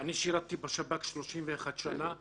אני שירתי בשב"כ 31 שנה.